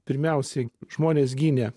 pirmiausiai žmonės gynė